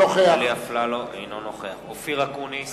אינו נוכח אופיר אקוניס,